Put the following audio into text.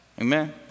Amen